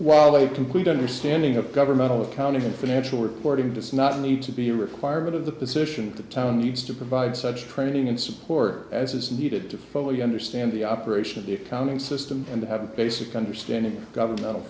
while a complete understanding of governmental accounting and financial reporting does not need to be a requirement of the position of the town needs to provide such training and support as is needed to fully understand the operation of the accounting system and to have a basic understanding of governmental